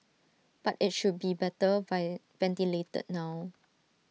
but IT should be better ventilated now